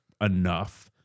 enough